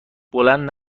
بلند